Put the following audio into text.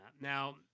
Now